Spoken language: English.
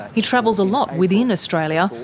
he travels a lot within australia,